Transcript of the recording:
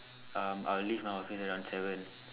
um I'll leave my office around seven